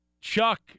Chuck